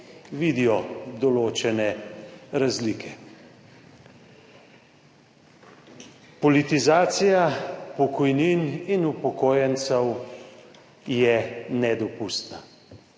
vidijo določene razlike. Politizacija pokojnin in upokojencev je nedopustna.